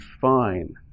fine